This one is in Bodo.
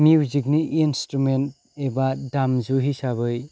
मिउजिकनि इन्सथ्रुमेन्ट एबा दामजु हिसाबै